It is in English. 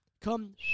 Come